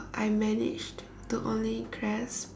I managed to only grasp